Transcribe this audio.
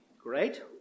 great